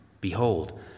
Behold